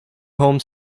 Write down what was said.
home